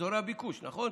באזורי הביקוש, נכון?